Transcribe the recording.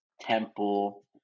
Temple